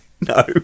No